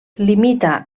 limita